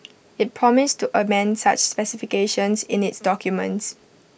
IT promised to amend such specifications in its documents